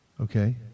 Okay